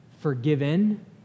forgiven